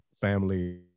family